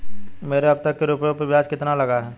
मेरे अब तक के रुपयों पर ब्याज कितना लगा है?